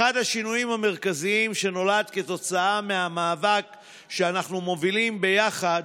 אחד השינויים המרכזיים שנולד כתוצאה מהמאבק שאנחנו מובילים ביחד,